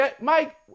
Mike